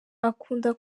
akunda